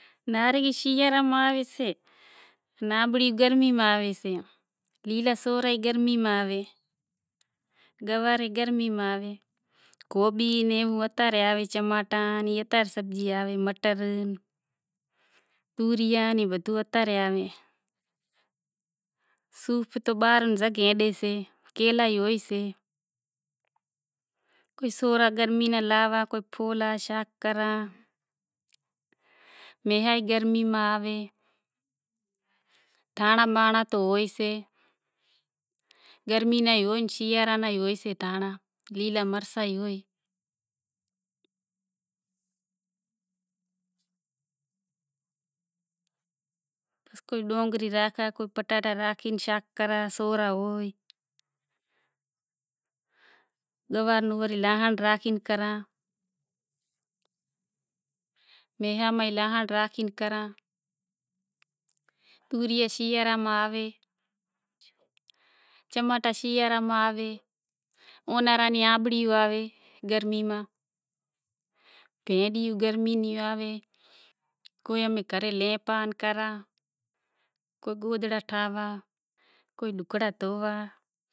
موالی سے پنڑ کھورائے زام سے۔ فروٹ تو بدہی جام لاوے سے کوئی دودہ سے ڈئی سے پالک سے لاوے۔ گوبی مٹر بینگڑا سبزی ماں رو سوکرو زام لے آوے۔ ادرک لیلا مرچ بدہو ئی زام ہیئیسے۔ کوئی پٹاٹا کوئی ڈونگری کوئی صوف زیتون بدہو ئی لاوے سے۔ روٹلا ئی لاوے دودھے لئی آوے کوئی بسکوٹ لاوے کوئی کیلا لاوے کوئی صوف لاوے ڈونگری صوف پٹاٹا زام آوے